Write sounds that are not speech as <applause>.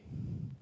<breath>